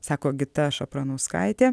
sako gita šapranauskaitė